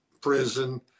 prison